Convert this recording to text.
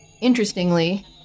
Interestingly